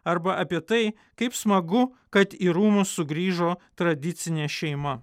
arba apie tai kaip smagu kad į rūmus sugrįžo tradicinė šeima